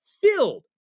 filled